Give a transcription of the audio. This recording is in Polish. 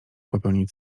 popełnić